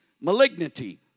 malignity